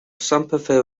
sympathy